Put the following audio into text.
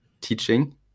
teaching